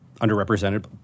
underrepresented